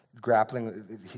grappling